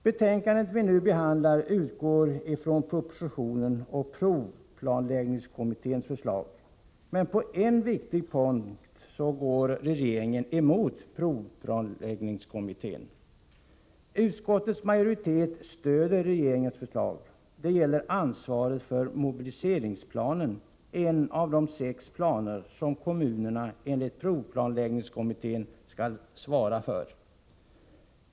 Betänkandet som vi nu behandlar utgår från propositionen och provplanläggningskommitténs förslag. Men på en viktig punkt går regeringen emot provplanläggningskommittén, och utskottets majoritet stöder regeringens förslag. Det gäller ansvaret för mobiliseringsplanen, som är en av de sex planer som kommunerna enligt provplanläggningskommitténs förslag skall svara för.